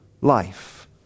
life